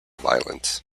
violence